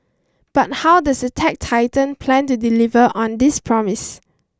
but how does the tech titan plan to deliver on this promise